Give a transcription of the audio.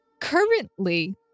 Currently